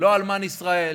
לא אלמן ישראל,